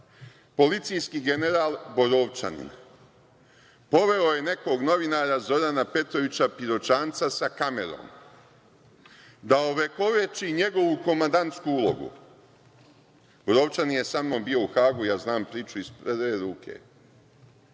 Policijski general Borovčanin poveo je nekog novinara Zorana Petrovića Piroćanca sa kamerom da ovekoveči njegovu komandantsku ulogu. Borovčanin je sa mnom bio u Hagu, ja znam priču iz prve ruke.